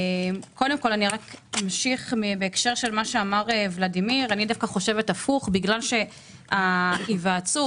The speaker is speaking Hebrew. אני חושבת הפוך מוולדימיר בגלל שההיוועצות